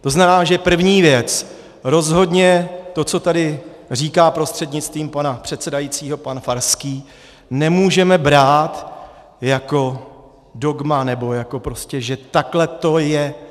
To znamená, že první věc: Rozhodně to, co tady říká prostřednictvím pana předsedajícího pan Farský, nemůžeme brát jako dogma nebo jako prostě, že takhle to je.